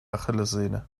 achillessehne